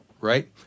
Right